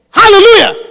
hallelujah